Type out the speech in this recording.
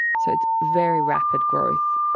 so it's very rapid growth.